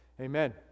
amen